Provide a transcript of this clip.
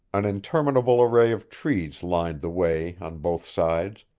an interminable array of trees lined the way on both sides,